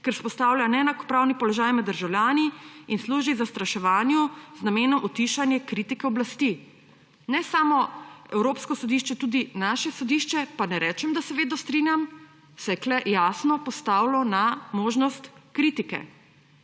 ker vzpostavlja neenakopraven položaj med državljani in služi zastraševanju z namenom utišanja kritik oblasti. Ne samo Evropsko sodišče, tudi naše sodišče, pa ne rečem, da se vedno strinjam, se je tukaj jasno postavilo na možnost kritike.